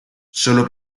sólo